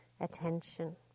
attention